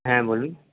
হ্যাঁ বলুন